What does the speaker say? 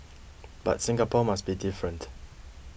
but Singapore must be different